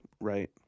Right